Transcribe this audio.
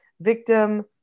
victim